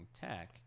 tech